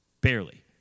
Barely